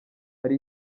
hari